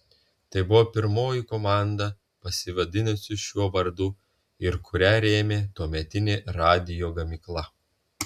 tai buvo pirmoji komanda pasivadinusi šiuo vardu ir kurią rėmė tuometinė radijo gamykla